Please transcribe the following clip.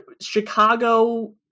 Chicago